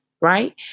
right